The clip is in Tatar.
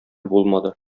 булмады